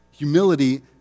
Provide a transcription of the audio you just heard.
humility